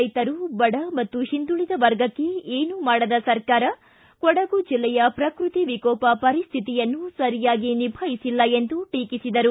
ರೈತರು ಬಡ ಮತ್ತು ಹಿಂದುಳಿದ ವರ್ಗಕ್ಕೆ ಏನೂ ಮಾಡದ ಸರಕಾರ ಕೊಡಗು ಜಿಲ್ಲೆಯ ಪ್ರಕೃತಿ ಏಕೋಪ ಪರಿಸ್ವಿತಿಯನ್ನು ಸರಿಯಾಗಿ ನಿಭಾಯಿಸಿಲ್ಲ ಎಂದು ಟೀಕಿಸಿದರು